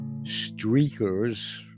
streakers